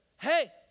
hey